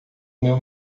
meu